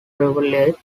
revealed